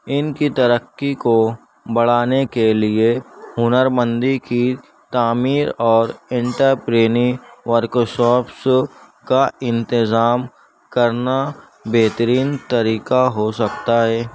ان کی ترقی کو بڑھانے کے لیے ہنرمندی کی تعمیر اور انٹرپرینی ورکشاپس کا انتظام کرنا بہترین طریقہ ہو سکتا ہے